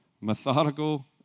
methodical